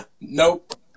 Nope